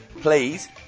Please